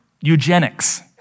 eugenics